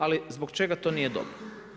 Ali zbog čega to nije dobro?